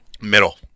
Middle